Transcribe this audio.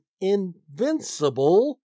invincible